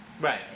Right